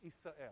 Israel